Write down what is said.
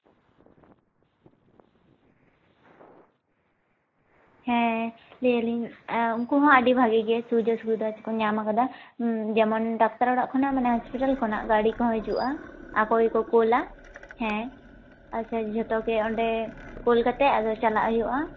ᱦᱮᱸ ᱞᱟᱹᱭᱟᱹᱞᱤᱧ ᱩᱱᱠᱩ ᱦᱚᱸ ᱟᱹᱰᱤ ᱵᱷᱟᱜᱮ ᱜᱮ ᱥᱩᱡᱳᱜᱽ ᱥᱩᱵᱤᱫᱟ ᱠᱚ ᱧᱟᱢ ᱠᱟᱫᱟ ᱡᱮᱢᱚᱱ ᱰᱟᱠᱛᱟᱨ ᱚᱲᱟᱜ ᱠᱷᱚᱱᱟᱜ ᱢᱟᱱᱮ ᱦᱚᱥᱯᱤᱴᱟᱞ ᱠᱷᱚᱱᱟᱜ ᱜᱟᱲᱤ ᱠᱚᱦᱚᱸ ᱦᱤᱡᱩᱜᱼᱟ ᱟᱠᱚ ᱜᱮᱠᱚ ᱠᱳᱞᱟ ᱦᱮᱸ ᱟᱪᱪᱷᱟ ᱡᱷᱚᱛᱚ ᱜᱮ ᱚᱸᱰᱮ ᱠᱳᱞ ᱠᱟᱛᱮᱫ ᱟᱫᱚ ᱪᱟᱞᱟᱜ ᱦᱩᱭᱩᱜᱼᱟ